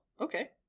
Okay